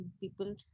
people